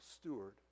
steward